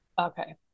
Okay